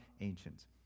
ancients